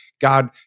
God